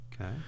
Okay